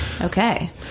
Okay